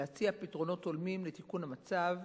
להציע פתרונות הולמים לתיקון המצב.